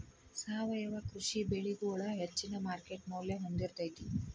ಸಾವಯವ ಕೃಷಿ ಬೆಳಿಗೊಳ ಹೆಚ್ಚಿನ ಮಾರ್ಕೇಟ್ ಮೌಲ್ಯ ಹೊಂದಿರತೈತಿ